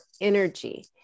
energy